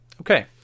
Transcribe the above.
okay